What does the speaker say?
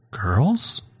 girls